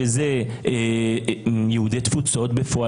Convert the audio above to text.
שאלה יהודי תפוצות בפועל,